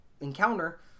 encounter